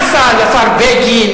מה עשה לשר בגין,